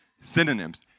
synonyms